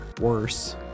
worse